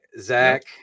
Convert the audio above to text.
Zach